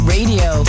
Radio